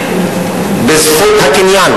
פוגע בזכות הקניין.